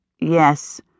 yes